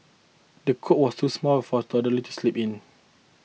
the cot was too small for a toddler to sleep in